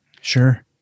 Sure